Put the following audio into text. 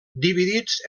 dividits